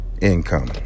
income